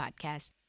podcast